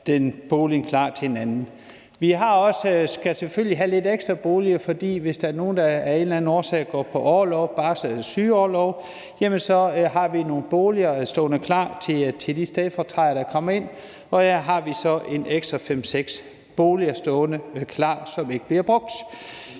kan gøres klar til en anden. Vi skal selvfølgelig også have lidt ekstra boliger, for hvis der er nogen, der af en eller anden årsag går på orlov, barsels- eller sygeorlov, ja, så har vi nogle boliger stående klar til de stedfortrædere, der kommer ind. Der har vi så en ekstra fem-seks boliger stående klar, som ikke bliver brugt.